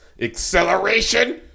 acceleration